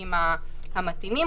בסעיפים המתאימים,